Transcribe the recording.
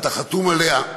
אתה חתום עליה,